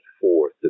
forth